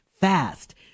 fast